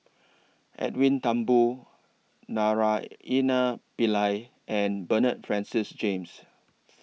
Edwin Thumboo Naraina Pillai and Bernard Francis James